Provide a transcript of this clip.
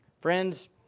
Friends